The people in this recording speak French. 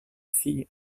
fille